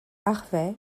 harvey